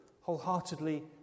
wholeheartedly